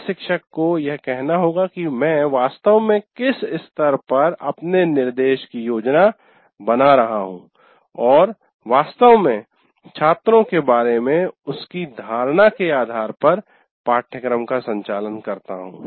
एक शिक्षक को यह कहना होगा कि मैं वास्तव में किस स्तर पर अपने निर्देश की योजना बना रहा हूं और वास्तव में छात्रों के बारे में उसकी धारणा के आधार पर पाठ्यक्रम का संचालन करता हूं